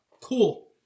Cool